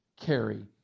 carry